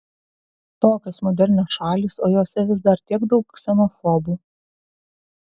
tokios modernios šalys o jose vis dar tiek daug ksenofobų